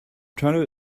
trying